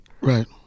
Right